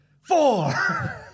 four